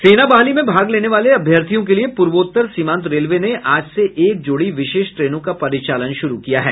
सेना बहाली में भाग लेने वाले अभ्यर्थियों के लिए पूर्वोत्तर सीमांत रेलवे ने आज से एक जोड़ी विशेष ट्रेनों का परिचालन शुरू किया है